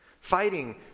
fighting